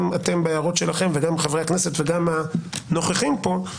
גם בהערות שלכם וגם חברי הכנסת וגם הנוכחים פה,